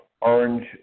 Orange